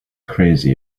crazy